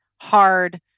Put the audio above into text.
hard